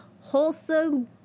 wholesome